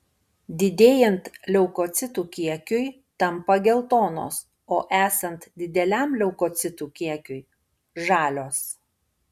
didėjant leukocitų kiekiui tampa geltonos o esant dideliam leukocitų kiekiui žalios